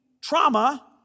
trauma